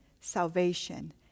salvation